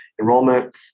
enrollment